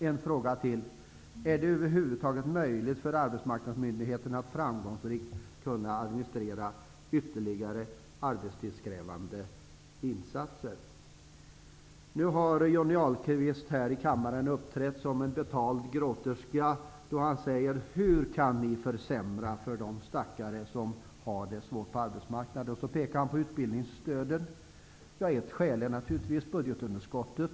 En fråga till: Är det över huvud taget möjligt för arbetsmarknadsmyndigheten att framgångsrikt kunna administrera ytterligare arbetstidskrävande insatser? Nu har Johnny Ahlqvist här i kammaren uppträtt som en betald gråterska, då han pekar på utbildningsstödet och säger: Hur kan ni försämra för de stackare som har det svårt på arbetsmarknaden? Ett skäl är naturligtvis budgetunderskottet.